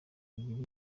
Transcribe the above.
kugira